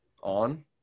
on